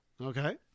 Okay